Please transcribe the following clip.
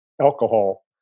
alcohol